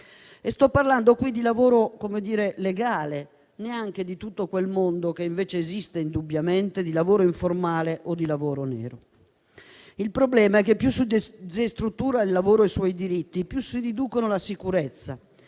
Sto parlando di lavoro legale, neanche di tutto quel mondo, che invece esiste, indubbiamente, di lavoro informale o di lavoro nero. Il problema è che più si destruttura il lavoro e i suoi diritti, più si riduce la sicurezza;